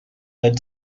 led